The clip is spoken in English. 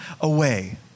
away